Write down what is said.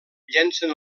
llencen